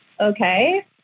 okay